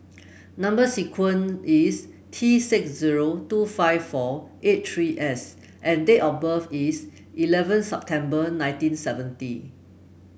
number sequence is T six zero two five four eight three S and date of birth is eleven September nineteen seventy